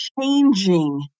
changing